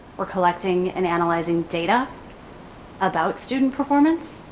we're collecting and analyzing data about student performance.